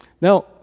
Now